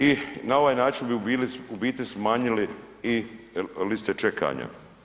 I na ovaj način bi u biti smanjili i liste čekanja.